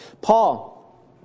Paul